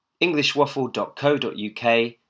englishwaffle.co.uk